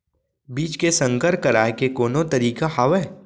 बीज के संकर कराय के कोनो तरीका हावय?